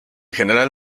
general